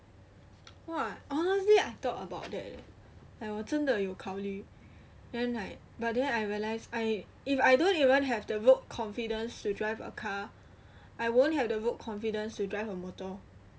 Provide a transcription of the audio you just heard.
!wah! honestly I thought about that like 我真的有考虑 then like but then I realise I if I don't even have the woke confidence to drive a car I won't have the woke confidence to drive a motor